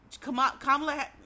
Kamala